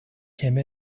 came